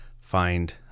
find